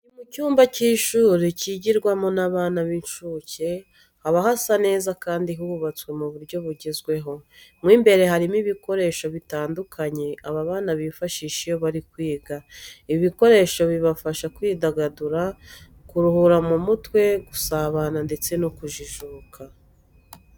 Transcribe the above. Ni mu cyumba cy'ishuri kigirwamo n'abana b'incuke, haba hasa neza kandi hubatswe mu buryo bugezweho. Mo imbere harimo ibikoresho bitandukanye aba bana bifashisha iyo bari kwiga. Ibi bikoresho bibafasha kwidagadura, kuruhura mu mutwe, gusabana ndetse no kujijuka.